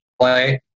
play